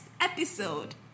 episode